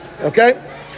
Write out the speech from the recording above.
okay